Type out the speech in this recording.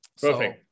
Perfect